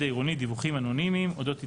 העירוני דיווחים אנונימיים אודות התארגנות.